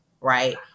right